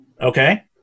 Okay